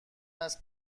است